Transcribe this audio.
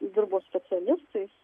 dirbo specialistais